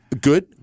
Good